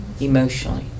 emotionally